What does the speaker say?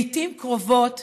"לעיתים קרובות